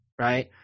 Right